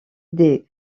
des